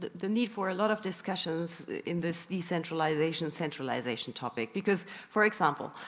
the need for a lot of discussions in this decentralisation-centralisation topic. because, for example,